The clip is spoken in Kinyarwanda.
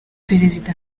perezida